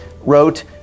wrote